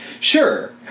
sure